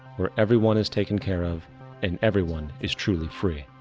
where everyone is taken care of and everyone is truly free.